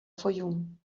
fayoum